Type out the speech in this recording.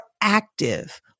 active